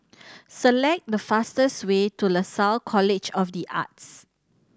select the fastest way to Lasalle College of The Arts